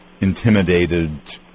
intimidated